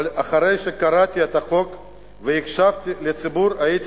אבל אחרי שקראתי את החוק והקשבתי לציבור הייתי